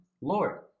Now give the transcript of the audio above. Lord